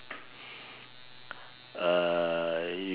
uh